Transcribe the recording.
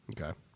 Okay